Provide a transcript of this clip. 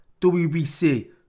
WBC